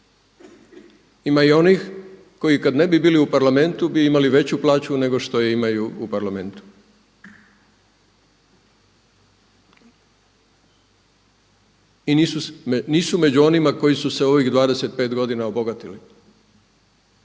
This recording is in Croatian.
ima i onih koji kad ne bi bili u Parlamentu bi imali veću plaću nego što je imaju u Parlamentu i nisu među onima koji su se u ovih 25 godina obogatili.